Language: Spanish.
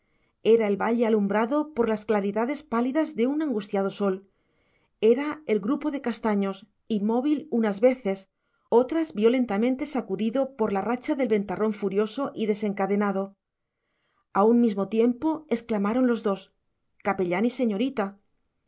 era el valle alumbrado por las claridades pálidas de un angustiado sol era el grupo de castaños inmóvil unas veces otras violentamente sacudido por la racha del ventarrón furioso y desencadenado a un mismo tiempo exclamaron los dos capellán y señorita